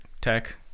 tech